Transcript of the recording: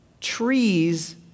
trees